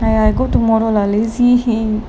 !aiya! I go tomorrow lah lazy